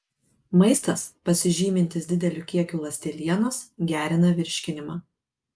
maistas pasižymintis dideliu kiekiu ląstelienos gerina virškinimą